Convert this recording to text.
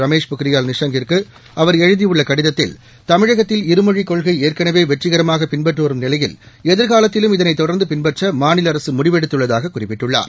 ரமேஷ் பொக்ரியால் நிஷாங் கிற்கு அவர் எழுதியுள்ள கடிதத்தில் தமிழகத்தில் இருமொழிக் கொள்கை ஏற்களவே வெற்றிகரமாக பின்பற்றப்பட்டு வரும் நிலையில் எதிர்காலத்திலும் இதனை தொடர்ந்து பின்பற்ற மாநில அரசு முடிவெடுத்துள்ளதாக குறிப்பிட்டுள்ளார்